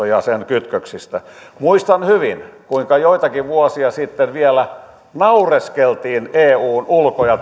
ja sen kytköksistä muistan hyvin kuinka joitakin vuosia sitten vielä naureskeltiin eun ulko ja